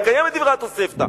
לקיים את דברי התוספתא.